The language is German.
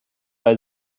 bei